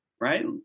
right